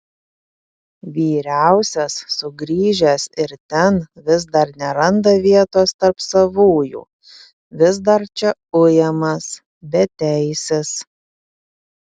vyriausias sugrįžęs ir ten vis dar neranda vietos tarp savųjų vis dar čia ujamas beteisis